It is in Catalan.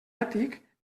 ètic